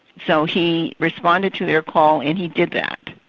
so he responded to their call and he did that.